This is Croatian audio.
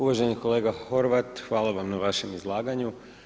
Uvaženi kolega Horvat, hvala vam na vašem izlaganju.